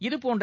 இதுபோன்ற